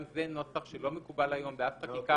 גם זה נוסח שלא מקובל היום באף חקיקה